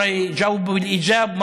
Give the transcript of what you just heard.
לכן, החלטנו לחוקק